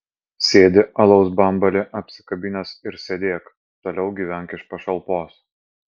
sėdi alaus bambalį apsikabinęs ir sėdėk toliau gyvenk iš pašalpos